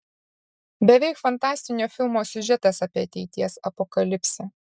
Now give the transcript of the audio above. beveik fantastinio filmo siužetas apie ateities apokalipsę